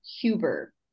Huber